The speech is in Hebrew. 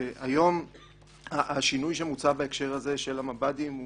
היום השינוי שמוצע בהקשר של המב"דים הוא